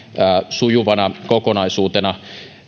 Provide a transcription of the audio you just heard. sujuvana kokonaisuutena